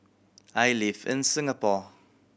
I live in Singapore